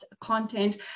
content